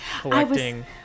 Collecting